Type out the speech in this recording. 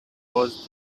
was